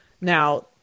Now